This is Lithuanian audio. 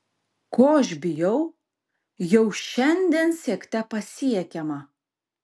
ko aš bijau jau šiandien siekte pasiekiama